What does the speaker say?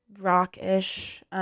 rock-ish